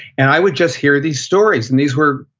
and i would just hear these stories. and these were